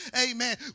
amen